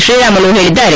ಶ್ರೀರಾಮುಲು ಹೇಳಿದ್ದಾರೆ